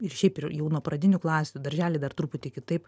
ir šiaip ir jau nuo pradinių klasių daržely dar truputį kitaip